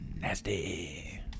Nasty